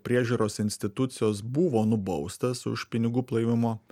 priežiūros institucijos buvo nubaustas už pinigų plovimo